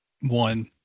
one